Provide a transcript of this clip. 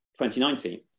2019